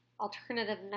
alternative